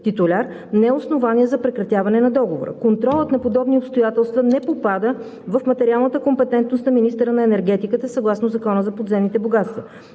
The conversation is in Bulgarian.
титуляр не е основание за прекратяване на договора. Контролът на подобни обстоятелства не попада в материалната компетентност на министъра на енергетиката съгласно Закона за подземните богатства.